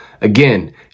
Again